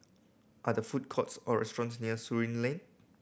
are the food courts or restaurants near Surin Lane